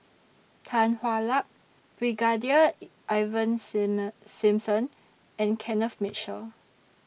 Tan Hwa Luck Brigadier Ivan SIM Simson and Kenneth Mitchell